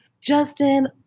Justin